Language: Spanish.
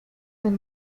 del